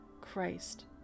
Christ